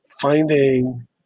finding